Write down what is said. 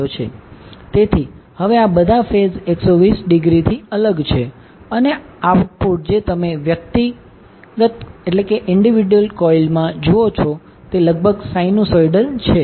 તેથી હવે આ બધા ફેઝ 120 ડિગ્રીથી અલગ છે અને આઉટપુટ જે તમે વ્યક્તિગત કોઇલમાં જુઓ છો તે લગભગ સાઈનુંસોઇડલ છે